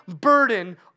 burden